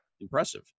impressive